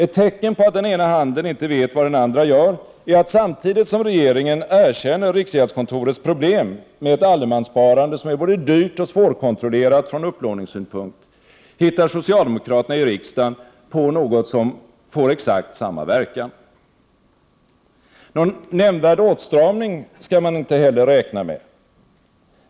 Ett tecken på att den ena handen inte vet vad den andra gör är att samtidigt som regeringen erkänner riksgäldskontorets problem med ett allemanssparande som är både dyrt och svårkontrollerat från upplåningssynpunkt, hittar socialdemokraterna i riksdagen på något som får exakt samma verkan. Någon nämnvärd åtstramning skall man heller inte räkna med.